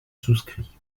souscris